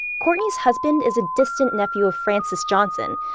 courtney's husband is a distant nephew of francis johnson,